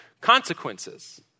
consequences